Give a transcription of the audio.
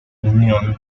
unión